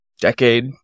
decade